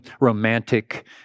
romantic